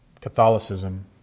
Catholicism